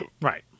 right